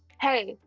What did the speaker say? hey,